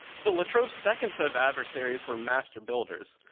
so latrobe's second set of adversaries were master builders,